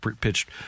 pitched